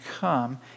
come